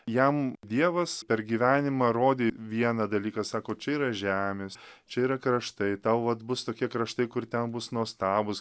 jam dievas per gyvenimą rodė vieną dalyką sako čia yra žemės čia yra kraštai tau vat bus tokie kraštai kur ten bus nuostabūs